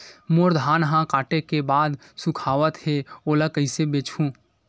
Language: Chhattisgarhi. मोर धान ह काटे के बाद सुखावत हे ओला कइसे बेचहु?